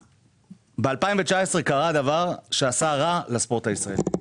בשנת 2019 קרה דבר שעשה רע לספורט הישראלי.